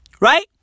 Right